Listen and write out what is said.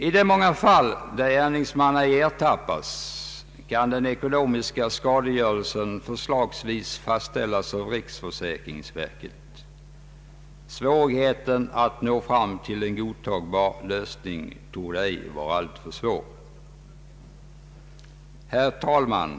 I de många fall där gärningsman ej ertappas, kan den ekonomiska skadegörelsen förslagsvis fastställas av riksförsäkringsverket. Svårigheten att nå fram till en godtagbar lösning torde ej vara alltför stor. Herr talman!